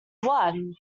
one